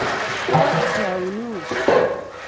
पछ्याउनु